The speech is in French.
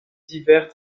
divers